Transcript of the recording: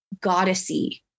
goddessy